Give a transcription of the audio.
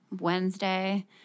Wednesday